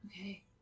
Okay